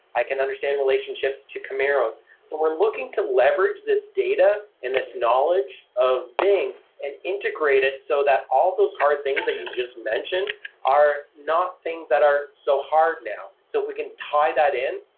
i can understand relationships to camaros so we're looking to leverage this data and this knowledge of bing and integrate it so that all those hard things that you just mentioned are not things that are so hard now. so if we can tie that in,